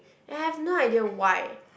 and I have no idea why